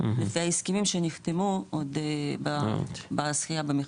לפי ההסכמים שנחתנו, עוד בזכייה במרכז.